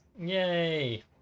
Yay